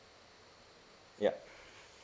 ya